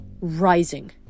Rising